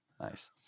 nice